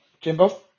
Jimbo